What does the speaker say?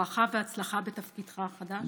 ברכה והצלחה בתפקידך החדש.